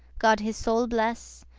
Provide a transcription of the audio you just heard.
god his soule bless,